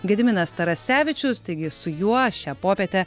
gediminas tarasevičius taigi su juo šią popietę